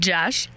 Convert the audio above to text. Josh